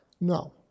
No